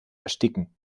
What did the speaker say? ersticken